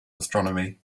astronomy